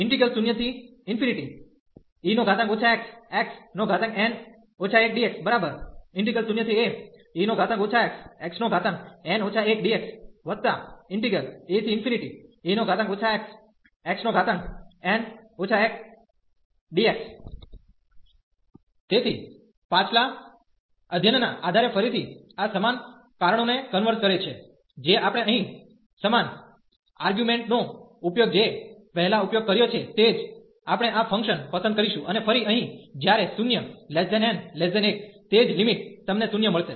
0e xxn 1dx0ae xxn 1dxae xxn 1dx તેથી પાછલા અધ્યયનના આધારે ફરીથી આ સમાન કારણોને કન્વર્ઝ કરે છે જે આપણે અહીં સમાન આરગ્યુમેન્ટ નો ઉપયોગ જે પહેલા ઉપયોગ કર્યો છે તે જ આપણે આ ફંકશન પસંદ કરીશું અને ફરી અહીં જ્યારે 0 n 1 તે જ લિમિટ તમને 0 મળશે